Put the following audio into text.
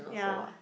ya